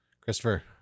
Christopher